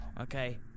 Okay